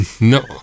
No